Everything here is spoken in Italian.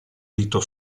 dito